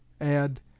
add